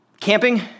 camping